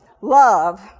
love